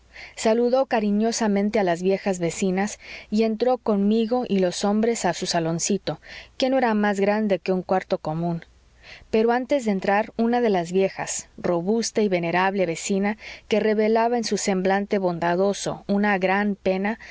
saludó cariñosamente a las viejas vecinas y entró conmigo y los hombres a su saloncito que no era más grande que un cuarto común pero antes de entrar una de las viejas robusta y venerable vecina que revelaba en su semblante bondadoso una gran pena